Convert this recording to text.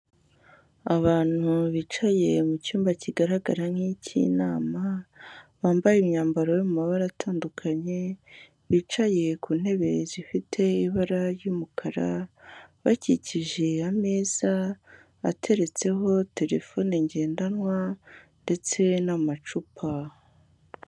Abantu bicaye mu cyumba kigaragara nk'icy'inama, bambaye imyambaro yo mu mabara atandukanye, bicaye ku ntebe zifite ibara ry'umukara, bakikije ameza ateretseho telefone ngendanwa ndetse n'amacupa.